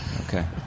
Okay